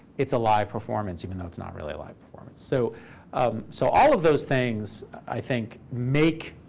it's a live performance, even though it's not really a live performance. so so all of those things, i think, make